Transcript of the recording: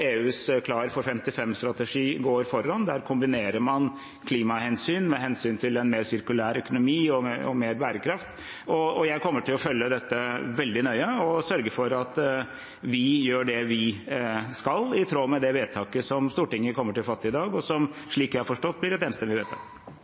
EUs grønne giv og EUs Klar for 55-strategi går foran. Der kombinerer man klimahensyn med hensyn til en mer sirkulær økonomi og mer bærekraft. Jeg kommer til å følge dette veldig nøye og sørge for at vi gjør det vi skal i tråd med det vedtaket Stortinget kommer til å fatte i dag, og som,